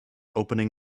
opening